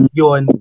yun